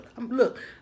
Look